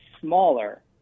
smaller